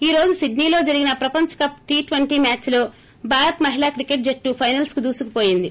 ఈ రోజు సిడ్పీ లో జరిగిన ప్రపంచ కప్ టీ ట్వంటీ మ్యాచ్ లో భారత్ మహిళా క్రికెట్ జట్లు పైనల్స్ కు దూసుకుపోయింది